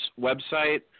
website